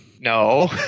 No